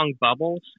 bubbles